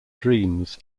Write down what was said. dreams